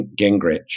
Gingrich